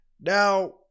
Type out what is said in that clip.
Now